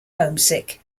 homesick